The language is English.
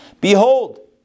Behold